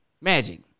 Magic